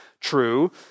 true